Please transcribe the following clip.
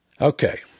okay